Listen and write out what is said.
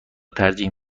ترجیح